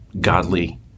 godly